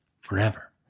forever